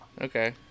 Okay